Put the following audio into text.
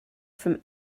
from